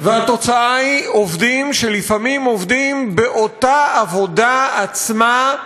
והתוצאה היא עובדים שלפעמים עובדים באותה עבודה עצמה,